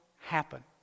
happen